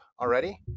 already